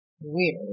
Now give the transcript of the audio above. Weird